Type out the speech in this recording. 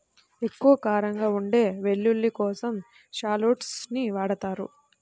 ఎక్కువ కారంగా ఉండే వెల్లుల్లి కోసం షాలోట్స్ ని వాడతారు